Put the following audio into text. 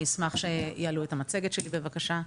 אני אשמח שיעלו את המצגת שלי בבקשה.